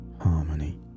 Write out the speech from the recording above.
harmony